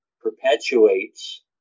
perpetuates